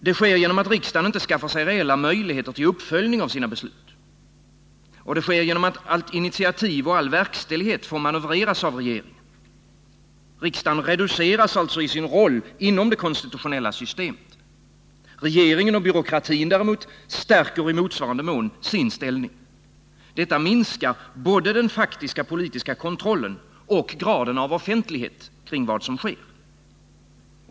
Det sker genom att riksdagen inte skaffar sig reella möjligheter till uppföljning av sina beslut. Och det sker genom att allt initiativ och all verkställighet får manövreras av regeringen. Riksdagen reduceras alltså i sin roll inom det konstitutionella systemet. Regeringen och byråkratin däremot stärker i motsvarande mån sin ställning. Detta minskar både den faktiska politiska kontrollen och graden av offentlighet kring vad som sker.